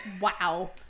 Wow